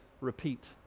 repeat